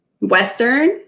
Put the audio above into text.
western